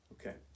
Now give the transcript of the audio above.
Okay